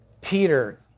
Peter